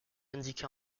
indiquée